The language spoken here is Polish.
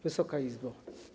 Wysoka Izbo!